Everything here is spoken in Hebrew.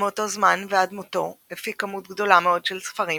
ומאותו זמן ועד מותו הפיק כמות גדולה מאוד של ספרים,